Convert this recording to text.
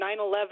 9-11